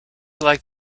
like